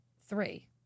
three